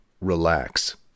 relax